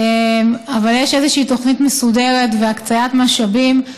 אבל יש איזושהי תוכנית מסודרת והקצאת משאבים.